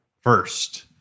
first